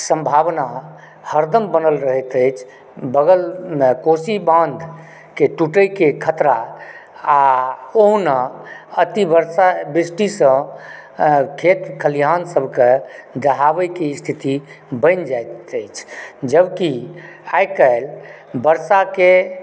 सम्भावना हरदम बनल रहैत अछि बगलमे कोशी बांधके टूटयके खतरा आ ओहुना अति वर्षा वृष्टिसंँ खेत खलिहानसभकेँ दहाबएके स्थिति बनि जाइत अछि जबकि आइकाल्हि वर्षाके